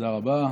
תודה רבה.